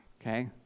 Okay